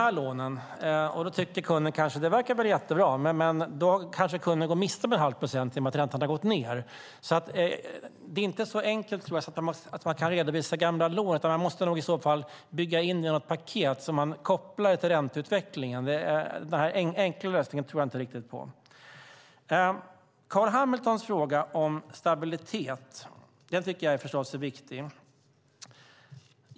Då tycker kunden kanske att det verkar jättebra, men då kanske kunden går miste om en halv procent i och med att räntan har gått ned. Det är alltså inte så enkelt, tror jag, att man kan redovisa gamla lån, utan man måste nog i så fall bygga in det i något paket, så att man kopplar det till ränteutvecklingen. Den här enkla lösningen tror jag inte riktigt på. Carl B Hamiltons fråga om stabilitet tycker jag förstås är viktig.